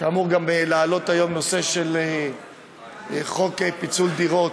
אמור לעלות היום גם חוק פיצול דירות,